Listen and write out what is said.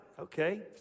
okay